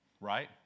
right